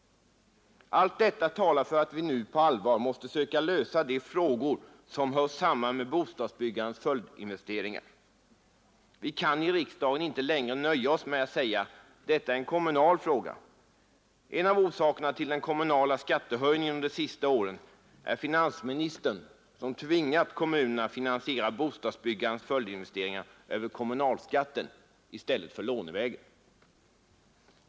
Allt detta talar för att vi nu på allvar måste söka lösa de frågor som hör samman med bostadsbyggandets följdinvesteringar. Vi kan i riksdagen inte längre nöja oss med att säga: Detta är en kommunal fråga. En av orsakerna till den kommunala skattehöjningen under de sista åren är att finansministern tvingat kommunerna finansiera bostadsbyggandets följdinvesteringar över kommunalskatten i stället för lånevägen.